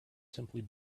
simply